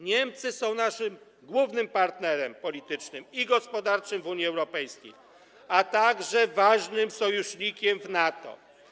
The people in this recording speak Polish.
Niemcy są naszym głównym partnerem politycznym i gospodarczym w Unii Europejskiej, a także ważnym sojusznikiem w NATO.